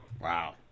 Wow